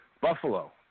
Buffalo